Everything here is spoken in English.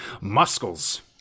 muscles